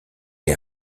est